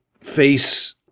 face